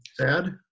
Sad